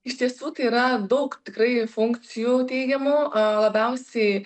iš tiesų tai yra daug tikrai funkcijų teigiamų labiausiai